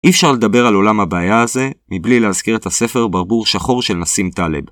אי אפשר לדבר על עולם הבעיה הזה מבלי להזכיר את הספר ברבור שחור של נסים טלב.